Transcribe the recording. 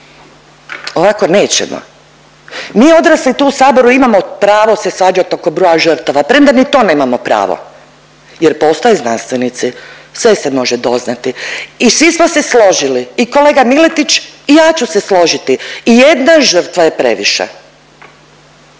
ovako nećemo. Mi odrasli tu u Saboru imamo pravo se svađat oko broja žrtava, premda ni to nemamo pravo jer postoje znanstvenici, sve se može doznati i svi smo se složili i kolega Miletić i ja ću se složiti, jedna žrtva je previše.